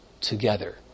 together